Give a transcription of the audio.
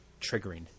triggering